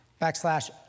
backslash